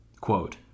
quote